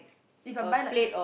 If I buy like